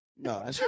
No